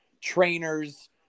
trainers